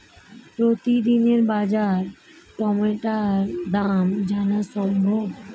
প্রতিদিনের বাজার টমেটোর দাম জানা সম্ভব?